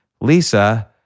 Lisa